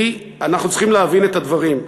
כי אנחנו צריכים להבין את הדברים.